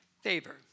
favor